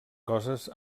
coses